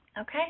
Okay